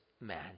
man